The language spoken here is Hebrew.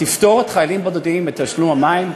שתפטור את החיילים הבודדים מתשלום המים,